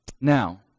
Now